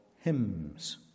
Hymns